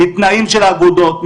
מתנאים של אגודות,